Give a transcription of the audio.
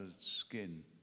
skin